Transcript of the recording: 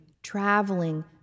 traveling